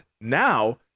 Now